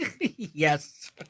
Yes